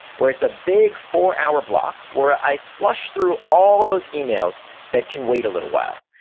where it's a big four hour block where i flush through all those emails that can wait a little while.